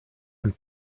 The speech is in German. und